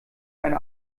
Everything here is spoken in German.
eine